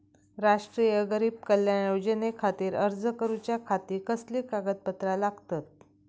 राष्ट्रीय गरीब कल्याण योजनेखातीर अर्ज करूच्या खाती कसली कागदपत्रा लागतत?